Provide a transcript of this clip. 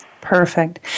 perfect